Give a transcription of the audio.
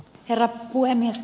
herra puhemies